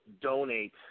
donate